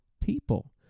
people